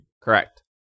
Correct